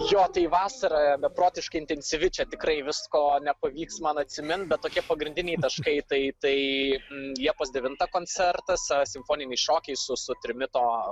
jo tai vasara beprotiškai intensyvi čia tikrai visko nepavyks man atsimint bet tokie pagrindiniai taškai tai tai liepos devintą koncertas simfoniniai šokiai su su trimito